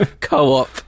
co-op